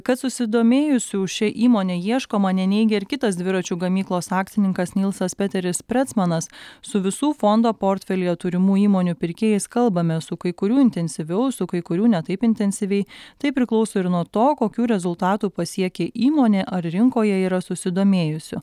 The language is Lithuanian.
kad susidomėjusių šia įmone ieškoma neneigia ir kitas dviračių gamyklos akcininkas nilsas peteris pretsmanas su visų fondo portfelyje turimų įmonių pirkėjais kalbamės su kai kurių intensyviau su kai kurių ne taip intensyviai tai priklauso ir nuo to kokių rezultatų pasiekė įmonė ar rinkoje yra susidomėjusių